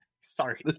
sorry